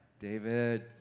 David